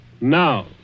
Now